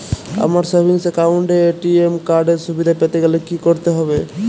আমার savings account এ ATM card এর সুবিধা পেতে গেলে কি করতে হবে?